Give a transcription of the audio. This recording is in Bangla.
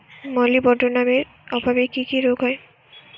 মলিবডোনামের অভাবে কি কি রোগ হয়?